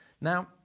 Now